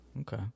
Okay